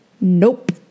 Nope